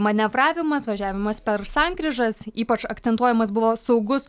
manevravimas važiavimas per sankryžas ypač akcentuojamas buvo saugus